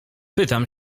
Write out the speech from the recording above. pytam